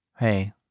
Hey